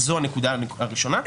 זו הנקודה הראשונה.